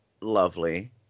lovely